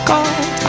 God